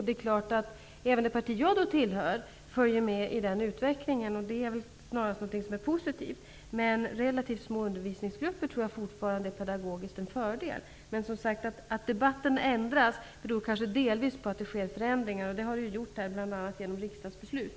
Det är klart att även det parti som jag tillhör följer med i den utvecklingen, och det är väl snarare någonting positivt. Men jag tror fortfarande att relativt små undervisningsgrupper är en pedagogisk fördel. Att debatten ändras beror kanske delvis på att det sker förändringar, vilket det har gjort bl.a. genom riksdagsbeslut.